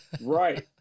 Right